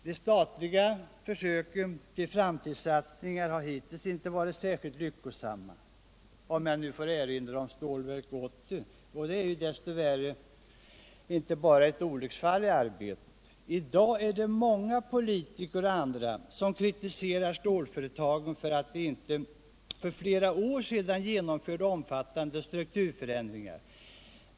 De statliga försöken till framtidssatsningar har hittills inte varit särskilt lyckosamma — om jag nu får erinra om Stålverk 80, och det är dess värre inte bara ett olycksfall i arbetet. I dag är det många politiker och andra som kritiserar stålföretagen för att de inte-för flera år sedan genomförde omfattande strukturförändringar.